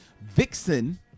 Vixen